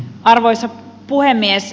arvoisa puhemies